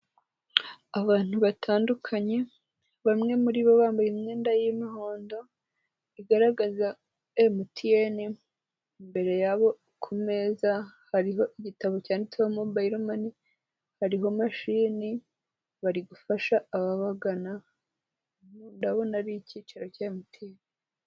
Abantu batandukanye bamwe muri bo bambaye imyenda y'imihondo igaragaza MTN, imbere yabo ku meza hariho igitabo cyanditse mobayiro mani, hariho mashini bari gufasha ababagana, ndabona ari icyicaro cya MTN.